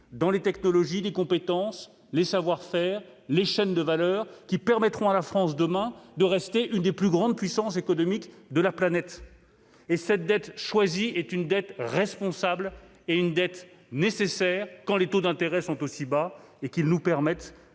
dans les technologies, les compétences, les savoir-faire, les chaînes de valeur qui permettront à la France demain de rester l'une des plus grandes puissances économiques de la planète. Cette dette choisie est une dette responsable et nécessaire quand les taux d'intérêt sont aussi bas et nous permettent